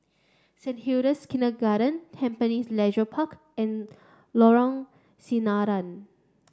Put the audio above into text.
Saint Hilda's Kindergarten Tampines Leisure Park and Lorong Sinaran